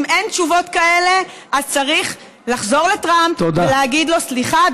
אם אין תשובות כאלה אז צריך לחזור לטראמפ ולהגיד לו: סליחה,